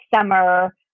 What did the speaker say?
summer